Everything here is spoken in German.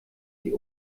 sie